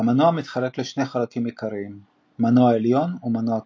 - המנוע מתחלק לשני חלקים עיקרים - מנוע עליון ומנוע תחתון.